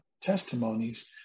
testimonies